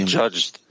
judged